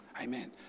Amen